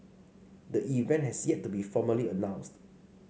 the event has yet to be formally announced